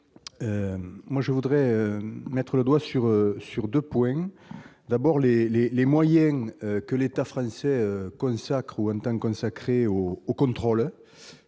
Je voudrais mettre le doigt sur deux points. Tout d'abord, les moyens que l'État français consacre, ou entend consacrer, aux contrôles